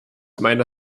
meiner